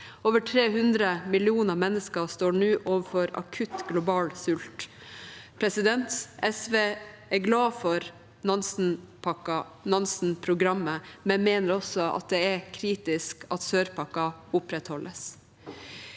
Over 300 millioner mennesker står nå overfor akutt global sult. SV er glad for Nansen-programmet, men mener også det er kritisk at sør-pakken opprettholdes.